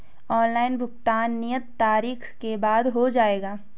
Online भुगतान नियत तारीख के बाद हो जाएगा?